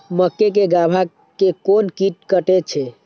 मक्के के गाभा के कोन कीट कटे छे?